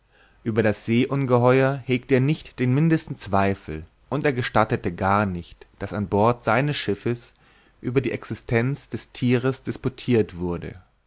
ueber das seeungeheuer hegte er nicht den mindesten zweifel und er gestattete gar nicht daß an bord seines schiffes über die existenz des thieres disputirt wurde